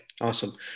Awesome